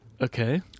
Okay